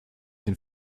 den